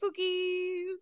Spookies